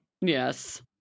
Yes